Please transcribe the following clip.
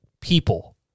people